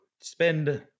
spend